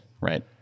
right